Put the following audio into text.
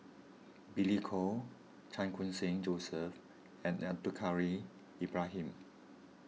Billy Koh Chan Khun Sing Joseph and Abdul curry Ibrahim